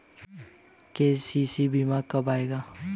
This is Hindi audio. के.सी.सी बीमा कब आएगा?